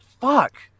fuck